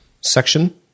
section